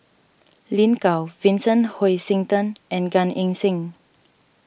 Lin Gao Vincent Hoisington and Gan Eng Seng